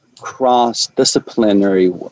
cross-disciplinary